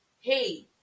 hey